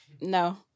No